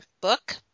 book